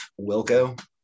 Wilco